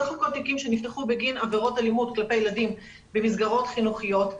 סך הכול תיקים שנפתחו בגין עבירות אלימות כלפי ילדים במסגרות חינוכיות,